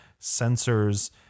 sensors